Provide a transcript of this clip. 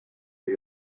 wir